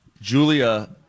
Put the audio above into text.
Julia